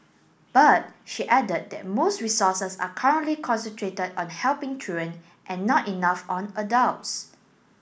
but she added that most resources are currently concentrated on helping children and not enough on adults